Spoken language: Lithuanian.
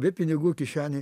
be pinigų kišenėj